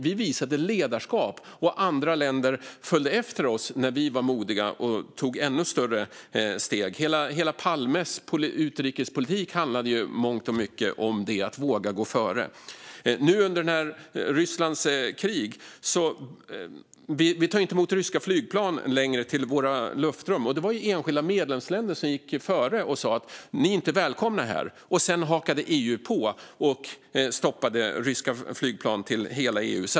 Vi visade ledarskap, och andra länder följde efter oss när vi var modiga och tog ännu större steg. Palmes hela utrikespolitik handlade ju i mångt och mycket om att våga gå före. Nu under Rysslands krig tar vi inte längre emot ryska flygplan i vårt luftrum. Det var ju enskilda medlemsländer som gick i förväg och sa att de inte var välkomna, och sedan hakade EU på och stoppade ryska flyg till hela EU.